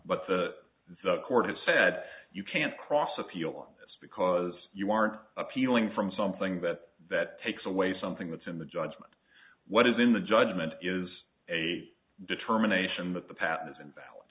but the the court has said you can't cross appeal on this because you aren't appealing from something that that takes away something that's in the judgment what is in the judgment is a determination that the patent is invalid